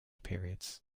periods